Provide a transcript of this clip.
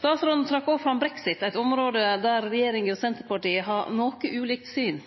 Statsråden trekte òg fram brexit, eit område der regjeringa og Senterpartiet har noko ulikt syn.